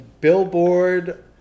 Billboard